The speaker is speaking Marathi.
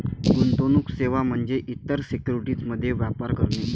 गुंतवणूक सेवा म्हणजे इतर सिक्युरिटीज मध्ये व्यापार करणे